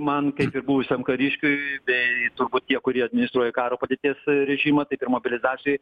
man kaip ir buvusiam kariškiui bei turbūt tie kurie administruoja karo padėties režimą taip ir mobilizacijoj